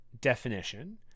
definition